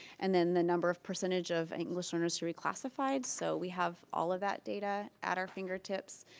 and then the number of percentage of english learners are reclassified so we have all of that data at our fingertips.